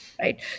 right